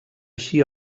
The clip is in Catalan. així